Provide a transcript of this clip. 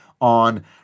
on